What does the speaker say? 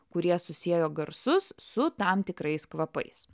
kurie susiejo garsus su tam tikrais kvapais